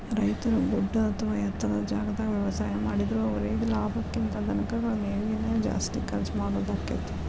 ರೈತರು ಗುಡ್ಡ ಅತ್ವಾ ಎತ್ತರದ ಜಾಗಾದಾಗ ವ್ಯವಸಾಯ ಮಾಡಿದ್ರು ಅವರೇಗೆ ಲಾಭಕ್ಕಿಂತ ಧನಕರಗಳ ಮೇವಿಗೆ ನ ಜಾಸ್ತಿ ಖರ್ಚ್ ಮಾಡೋದಾಕ್ಕೆತಿ